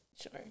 Sure